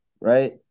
right